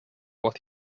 what